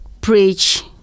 preach